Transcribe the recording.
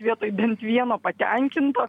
vietoj bent vieno patenkinto